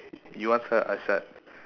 you want start I start